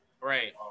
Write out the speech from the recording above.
Right